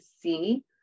see